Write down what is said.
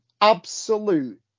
absolute